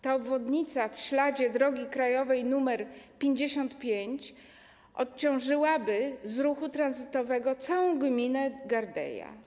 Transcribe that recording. Ta obwodnica w śladzie drogi krajowej nr 55 odciążyłaby z ruchu tranzytowego całą gminę Gardeja.